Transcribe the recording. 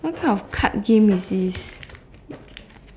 what type of card game is this